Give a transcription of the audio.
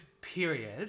period